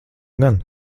gan